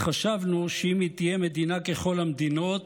וחשבנו שאם היא תהיה מדינה ככל המדינות